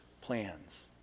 plans